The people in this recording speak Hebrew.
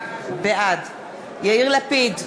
בעד יאיר לפיד,